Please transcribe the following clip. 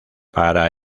para